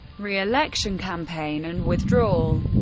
re-election campaign and withdrawal